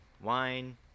wine